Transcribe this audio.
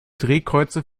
drehkreuze